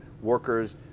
workers